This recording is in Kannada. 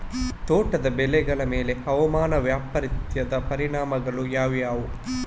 ತೋಟದ ಬೆಳೆಗಳ ಮೇಲೆ ಹವಾಮಾನ ವೈಪರೀತ್ಯದ ಪರಿಣಾಮಗಳು ಯಾವುವು?